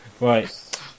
Right